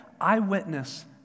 eyewitness